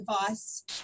device